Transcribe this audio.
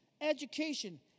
education